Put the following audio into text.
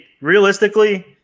realistically